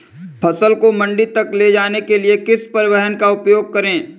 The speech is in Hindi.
फसल को मंडी तक ले जाने के लिए किस परिवहन का उपयोग करें?